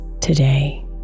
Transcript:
today